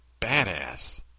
badass